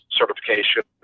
certification